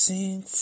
Sing